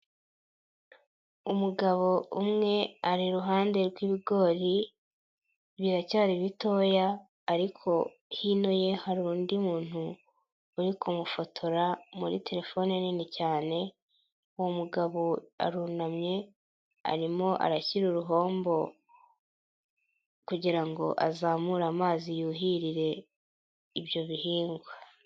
Umugabo umwe ari iruhande rw'ibigori biracyari bitoya ariko hino ye hari undi muntu uri kumufotora muri telefone nini cyane, uwo mugabo arunamye arimo arashyira uruhombo kugira ngo azamure amazi yuhirire ibyo bihingwa.